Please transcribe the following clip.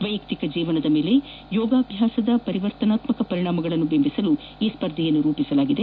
ವೈಯಕ್ತಿಕ ಜೀವನದ ಮೇಲೆ ಯೋಗಾಭ್ಲಾಸದ ಪರಿವರ್ತನಾತ್ನಕ ಪರಿಣಾಮಗಳನ್ನು ಬಿಂಬಿಸಲು ಈ ಸ್ವರ್ಧೆಯನ್ನು ರೂಪಿಸಲಾಗಿದೆ